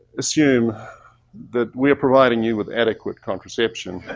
assume that we are providing you with adequate contraception